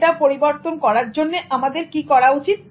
এটা পরিবর্তন করার জন্যআমাদের কি করা উচিত